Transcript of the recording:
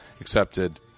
accepted